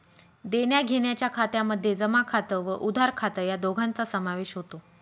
देण्याघेण्याच्या खात्यामध्ये जमा खात व उधार खात या दोघांचा समावेश होतो